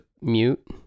mute